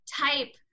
type